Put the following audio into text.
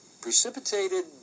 precipitated